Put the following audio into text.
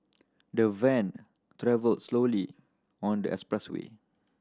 the van travelled slowly on the expressway